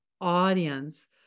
audience